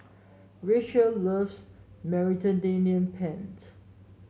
Rachael loves Mediterranean Penne